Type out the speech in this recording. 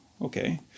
Okay